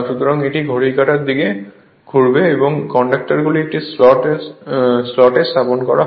সুতরাং এটি ঘড়ির কাঁটার দিকে ঘুরবে এবং এই কন্ডাক্টরগুলি একটি স্লটে স্থাপন করা হয়